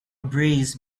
breeze